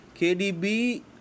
KDB